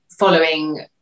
following